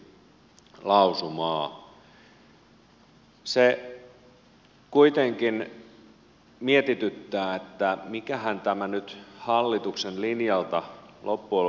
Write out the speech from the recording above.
se kuitenkin mietityttää että mikähän nyt tämä hallituksen linja loppujen lopuksi on